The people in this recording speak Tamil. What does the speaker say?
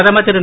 பிரதமர்திரு